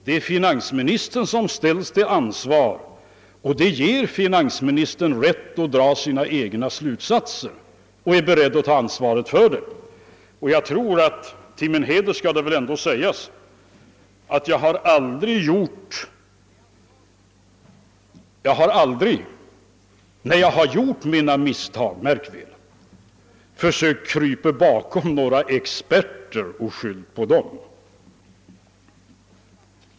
Det är finansministern som ställs till ansvar, och det ger finansministern rätt att dra sina egna slutsatser och att ta ansvaret för dem. Jag tror att man till min heder ändå kan säga att jag aldrig, när jag gjort mina misstag, försökt krypa bakom några experter och skyllt på dem.